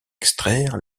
extraire